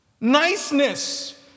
Niceness